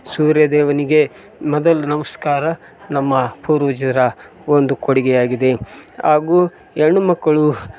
ಸೂರ್ಯದೇವನಿಗೆ ಮೊದಲು ನಮಸ್ಕಾರ ನಮ್ಮ ಪೂರ್ವಜರ ಒಂದು ಕೊಡುಗೆ ಆಗಿದೆ ಹಾಗೂ ಹೆಣ್ಣ್ ಮಕ್ಕಳು